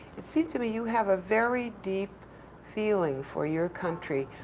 it seems to me you have a very deep feeling for your country.